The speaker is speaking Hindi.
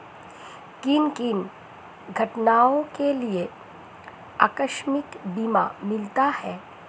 किन किन घटनाओं के लिए आकस्मिक बीमा मिलता है?